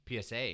PSA